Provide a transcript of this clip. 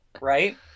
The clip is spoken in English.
right